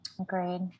agreed